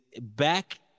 back